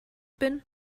bin